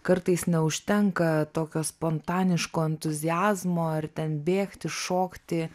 kartais neužtenka tokio spontaniško entuziazmo ar ten bėgti šokti